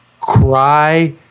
Cry